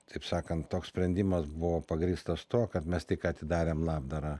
taip sakant toks sprendimas buvo pagrįstas tuo kad mes tik atidarėm labdarą